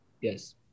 Yes